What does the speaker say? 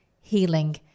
healing